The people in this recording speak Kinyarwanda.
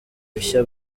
bishya